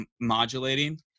modulating